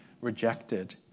rejected